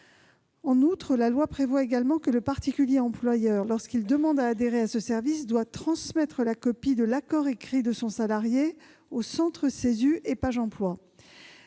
En outre, selon la loi, le particulier-employeur qui demande à adhérer à ce service doit transmettre la copie de l'accord écrit de son salarié au centre CESU et à Pajemploi.